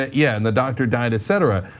yeah yeah and the doctor died, etc.